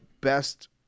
best